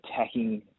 attacking